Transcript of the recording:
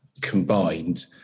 combined